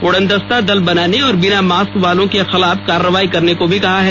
उड़नदस्ता दल बनाने और बिना मास्क वालों के खिलाफ कार्रवाई करने को भी कहा है